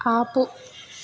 ఆపు